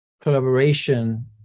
collaboration